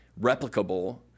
replicable